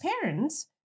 parents